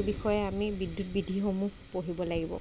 এই বিষয়ে আমি বিদ্যুৎ বিধিসমূহ পঢ়িব লাগিব